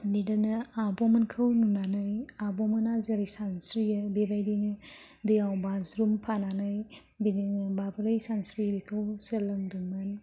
बिदिनो आब'मोनखौ नुनानै आब'मोना जेरै सानस्रियो बेबायदिनो दैयाव बाज्रुमफानानै बिदिनो माबोरै सानस्रियो बेखौ सोलोंदोंमोन